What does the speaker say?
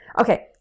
Okay